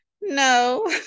No